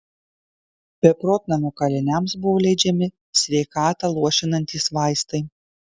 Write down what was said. beprotnamio kaliniams buvo leidžiami sveikatą luošinantys vaistai